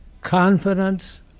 Confidence